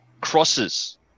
Crosses